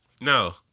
No